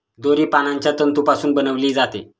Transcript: दोरी पानांच्या तंतूपासून बनविली जाते